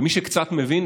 ומי שקצת מבין,